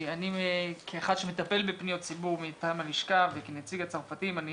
כאחד שמטפל בפניות ציבור מטעם הלשכה ונציג הצרפתים אני